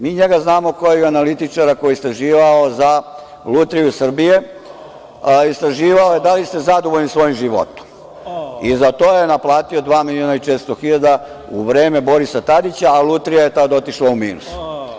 Mi njega znamo kao analitičara koji je istraživao za „Lutriju Srbije“, a istraživao je da li ste zadovoljni svojim životom i za to je naplatio dva miliona i 400.000 u vreme Borisa Tadića, a „Lutrija“ je tad otišla u minus.